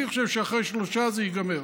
אני חושב שאחרי שלושה זה ייגמר.